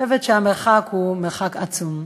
אני חושבת שהמרחק הוא מרחק עצום.